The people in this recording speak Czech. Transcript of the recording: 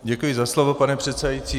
Děkuji za slovo, pane předsedající.